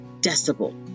decibel